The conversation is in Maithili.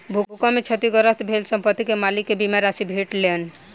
भूकंप में क्षतिग्रस्त भेल संपत्ति के मालिक के बीमा राशि भेटलैन